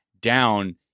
down